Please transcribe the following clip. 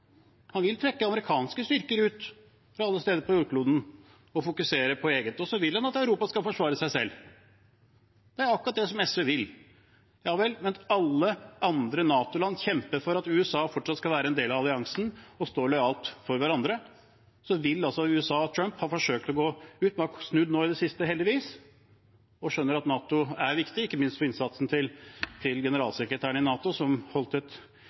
Han vil trekke amerikanske styrker ut fra alle steder på jordkloden og fokusere på eget, og så vil han at Europa skal forsvare seg selv. Det er akkurat det SV vil. Ja vel, men alle andre NATO-land kjemper for at USA fortsatt skal være en del av alliansen, og står lojalt opp for hverandre. USA og Trump har forsøkt å gå ut. De har snudd nå i det siste, heldigvis, og skjønner at NATO er viktig, ikke minst på grunn av innsatsen til generalsekretæren i NATO, som holdt et